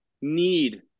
need